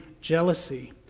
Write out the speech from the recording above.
jealousy